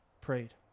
prayed